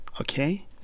okay